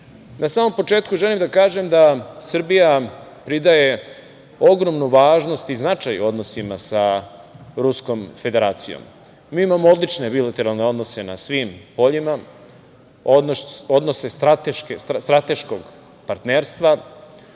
samom početku želim da kažem da Srbija pridaje ogromnu važnost i značaj u odnosima sa Ruskom Federacijom. Mi imamo odlične bilateralne odnose na svim poljima, odnose strateškog partnerstva,